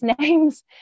names